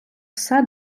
все